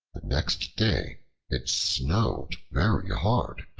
next day it snowed very hard,